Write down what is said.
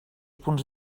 punts